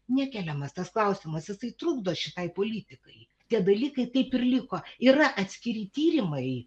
nekeliamas tas klausimas jisai trukdo šitai politikai tie dalykai taip ir liko yra atskiri tyrimai